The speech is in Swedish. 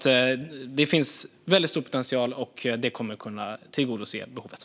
Det finns väldigt stor potential, och behovet kommer att kunna tillgodoses.